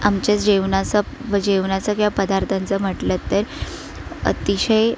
आमच्या जेवणाचा व जेवणाचा किंवा पदार्थांचा म्हटलं तर अतिशय